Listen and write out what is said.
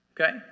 Okay